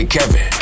Kevin